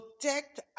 protect